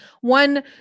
one